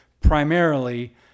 primarily